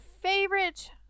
favorite